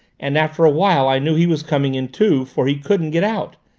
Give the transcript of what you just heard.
and after a while i knew he was coming in too, for he couldn't get out.